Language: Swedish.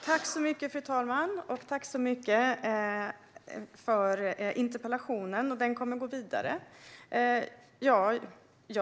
Fru talman! Tack för interpellationen! Den kommer att gå vidare.